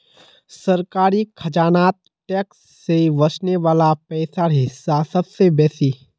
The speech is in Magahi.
सरकारी खजानात टैक्स से वस्ने वला पैसार हिस्सा सबसे बेसि